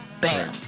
Bam